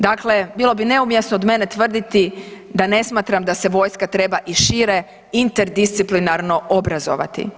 Dakle, bilo bi neumjesno od mene tvrditi da ne smatram da se vojska treba i šire interdisciplinarno obrazovati.